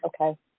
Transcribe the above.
Okay